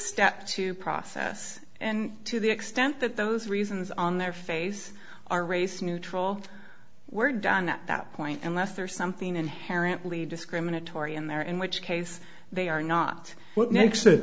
step to process and to the extent that those reasons on their face are race neutral we're down at that point unless there's something inherently discriminatory in there in which case they are not